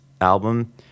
album